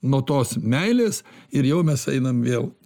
nuo tos meilės ir jau mes einam vėl